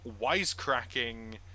wisecracking